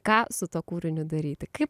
ką su tuo kūriniu daryti kaip